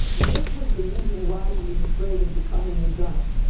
and this was the reason why he was afraid of becoming a dunce.